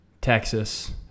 Texas